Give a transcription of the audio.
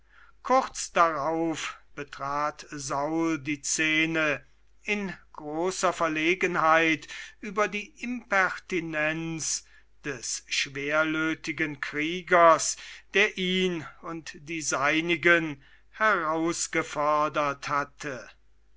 kurz darauf betrat saul die szene in großer verlegenheit über die impertinenz des schwerlötigen kriegers der ihn und die seinigen herausgefordert hatte